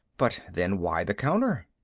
but then why the counter?